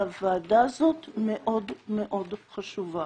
-- שהוועדה הזאת מאוד מאוד חשובה.